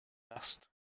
dust